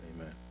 amen